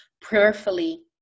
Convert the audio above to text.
prayerfully